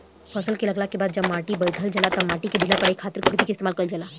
फसल के लागला के बाद जब माटी बईठ जाला तब माटी के ढीला करे खातिर खुरपी के इस्तेमाल कईल जाला